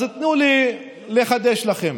אז תנו לי לחדש לכם.